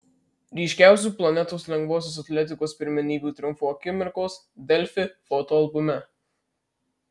ryškiausių planetos lengvosios atletikos pirmenybių triumfų akimirkos delfi fotoalbume